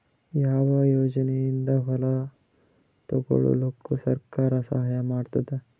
ಯಾವ ಯೋಜನೆಯಿಂದ ಹೊಲ ತೊಗೊಲುಕ ಸರ್ಕಾರ ಸಹಾಯ ಮಾಡತಾದ?